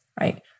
right